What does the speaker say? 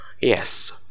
Yes